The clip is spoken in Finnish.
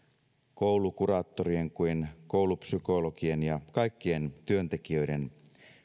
koulukuraattorien kuin koulupsykologien ja kaikkien työntekijöiden